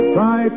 Try